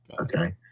Okay